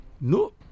No